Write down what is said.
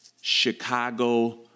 Chicago